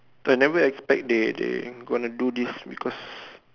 I never expect they they gonna do this because